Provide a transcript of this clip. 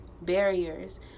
barriers